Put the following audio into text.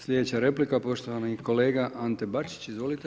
Slijedeća replika poštovani kolega Ante Bačić, izvolite.